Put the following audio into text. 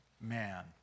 man